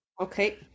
okay